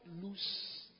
lose